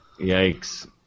Yikes